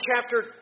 chapter